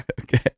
Okay